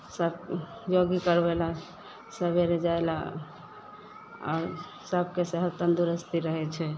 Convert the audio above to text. सभ योगी करबय लेल सवेरे जाय लेल आओर सभके सेहत तन्दुरुस्ती रहै छै